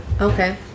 okay